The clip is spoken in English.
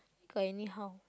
got anyhow